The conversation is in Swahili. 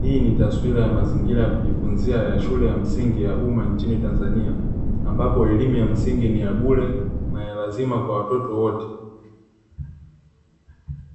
Hii ni taswira ya mazingira yakujifunzia ya shule ya msingi ya "UMMA" nchini Tanzania, Ambapo elimu ya msingi ni ya Bule na ya lazima kwa watoto wote.